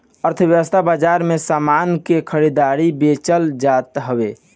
अर्थव्यवस्था बाजार में सामान के खरीदल बेचल जात हवे